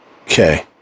Okay